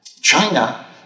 China